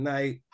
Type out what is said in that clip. Night